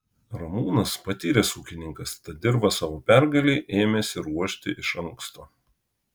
ramūnas patyręs ūkininkas tad dirvą savo pergalei ėmėsi ruošti iš anksto